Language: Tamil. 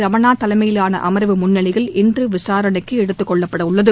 ரமணா தலைமையிலான அமர்வு முன்னிலையில் இன்று விசாரணைக்கு எடுத்துக் கொள்ளப்படவுள்ளது